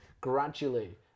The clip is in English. gradually